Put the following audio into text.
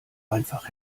einfach